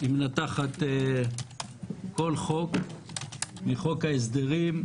היא מנתחת כל חוק מחוק ההסדרים,